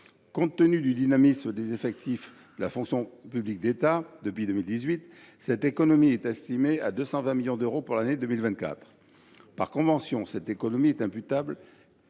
Compte tenu du dynamisme des effectifs de la fonction publique d’État depuis 2018, cette économie est désormais estimée à 220 millions d’euros pour l’année 2024. Par convention, cette économie est imputée